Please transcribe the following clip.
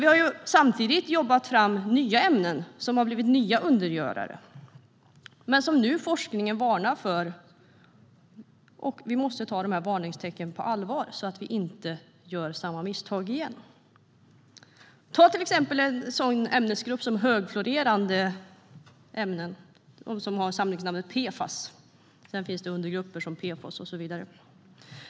Vi har samtidigt jobbat fram nya ämnen, som har blivit nya undergörare men som forskningen nu varnar för. Vi måste ta varningstecknen på allvar så att vi inte gör samma misstag igen. Ta till exempel en ämnesgrupp som högfluorerade ämnen. De har samlingsnamnet PFAS, och sedan fick de undergrupper som PFOS och så vidare.